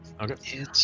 Okay